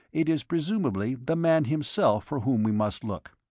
it is presumably the man himself for whom we must look.